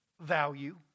value